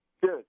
Good